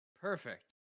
Perfect